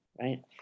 right